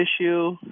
issue